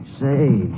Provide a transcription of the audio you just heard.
Say